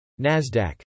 Nasdaq